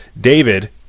David